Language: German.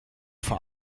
vor